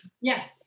Yes